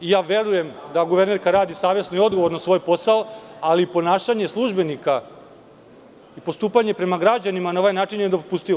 Verujem da guvernerka radi savesno i odgovorno svoj posao, ali ponašanje službenika i postupanje prema građanima na ovaj način je nedopustivo.